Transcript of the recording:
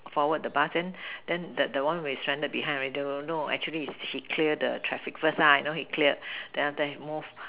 forward the bus then then the one where is stranded behind already don't know actually is he clear the traffic first you know he clear then after that he move